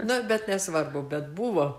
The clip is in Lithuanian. na bet nesvarbu bet buvo